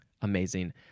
Amazing